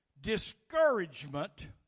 Discouragement